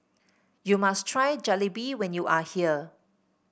you must try Jalebi when you are here